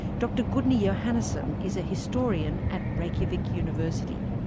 dr gudni johannesson is a historian at reykjavik university.